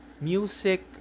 music